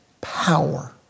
power